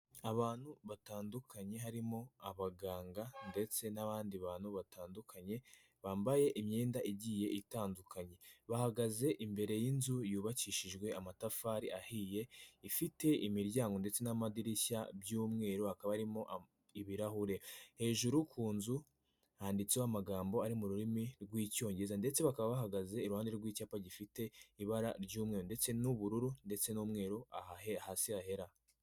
Abantu batandukanye harimo abaganga ndetse n'abandi bantu batandukanye bambaye imyenda igiye itandukanye. Bahagaze imbere y'inzu yubakishijwe amatafari ahiye ifite imiryango ndetse n'amadirishya by'umweru hakaba harimo ibirahure. Hejuru ku nzu handitseho amagambo ari mu rurimi rw'Icyongereza ndetse bakaba bahagaze iruhande rw'icyapa gifite ibara ry'umweru ndetse n'ubururu ndetse n'umweru ahahera, hasi hera.